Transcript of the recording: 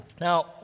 Now